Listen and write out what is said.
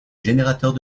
générateurs